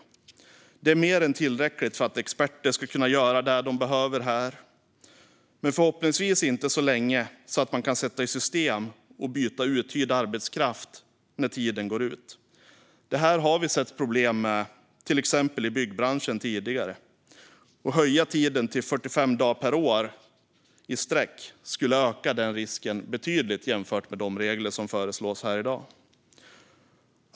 Detta är mer än tillräckligt för att experter ska kunna göra det de behöver här, men förhoppningsvis inte så länge att man kan sätta i system att byta uthyrd arbetskraft när tiden går ut. Detta har vi sett problem med i till exempel byggbranschen tidigare. Att höja tiden till 45 dagar i sträck per år skulle öka den risken betydligt jämfört med de regler som föreslås här i dag.